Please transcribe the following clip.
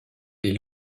des